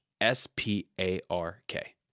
S-P-A-R-K